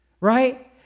Right